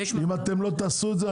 אם אתם לא תעשו את זה,